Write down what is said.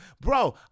Bro